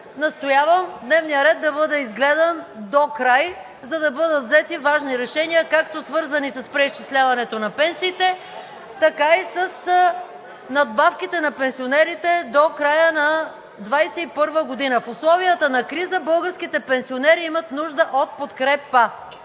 Настоявам дневният ред да бъде изгледан докрай, за да бъдат взети важни решения – както свързани с преизчисляването на пенсиите, така и с надбавките на пенсионерите до края на 2021 г. В условията на криза българските пенсионери имат нужда от подкрепа.